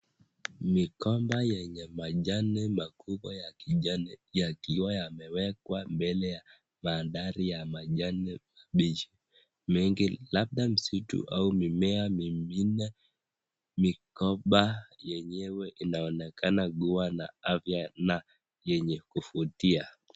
Migomba yenye majani makubwa ya kijani yakiwa yamewekwa mbele ya bandari ya majani mbichi mengi, labda msitua au mimea mwingine, migomba yenyewe inaonekana kuwa na afya na yenye kuvutia.